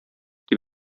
дип